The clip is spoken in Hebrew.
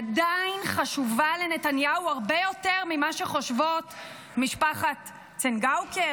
עדיין חשובה לנתניהו הרבה יותר ממה שחושבות משפחת צנגאוקר,